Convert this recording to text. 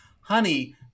honey